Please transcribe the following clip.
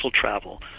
travel